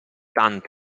tanto